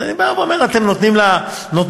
אז אני אומר: אתם נותנים ל-4,000?